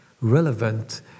relevant